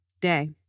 Day